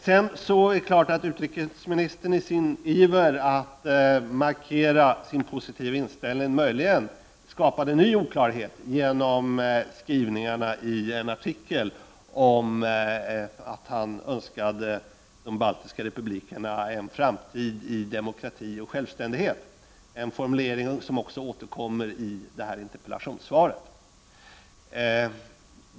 Sedan är det möjligt att utrikesministern i sin iver att markera sin positiva inställning skapat en ny oklarhet genom skrivningarna i en artikel om att han önskar de baltiska republikerna en framtid i demokrati och självständighet, en formulering som också återkommer i det här interpellationssvaret.